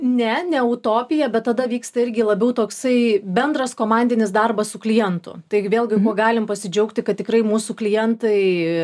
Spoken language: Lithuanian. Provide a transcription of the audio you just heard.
ne ne utopija bet tada vyksta irgi labiau toksai bendras komandinis darbas su klientu tai vėlgi galim pasidžiaugti kad tikrai mūsų klientai